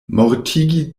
mortigi